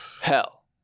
Hell